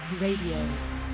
Radio